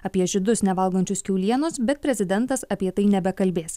apie žydus nevalgančius kiaulienos bet prezidentas apie tai nebekalbės